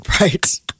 Right